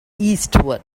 eastward